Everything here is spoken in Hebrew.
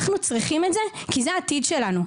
אנחנו צריכים את זה כי זה העתיד שלנו.